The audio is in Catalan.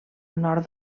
nord